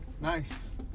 Nice